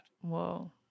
Whoa